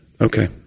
Okay